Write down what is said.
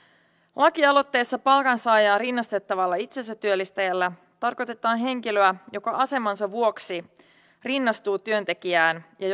lakialoitteessa palkansaajaan rinnastettavalla itsensätyöllistäjällä tarkoitetaan henkilöä joka asemansa vuoksi rinnastuu työntekijään ja